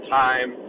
time